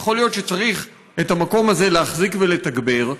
יכול להיות שצריך את המקום הזה להחזיק ולתגבר,